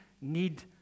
need